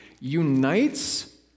unites